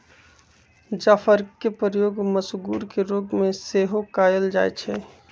जाफरके प्रयोग मसगुर के रोग में सेहो कयल जाइ छइ